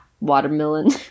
watermelon